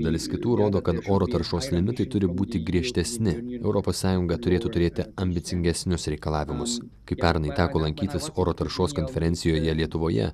dalis kitų rodo kad oro taršos limitai turi būti griežtesni europos sąjunga turėtų turėti ambicingesnius reikalavimus kai pernai teko lankytis oro taršos konferencijoje lietuvoje